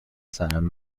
سرم